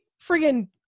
friggin